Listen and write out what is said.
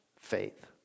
faith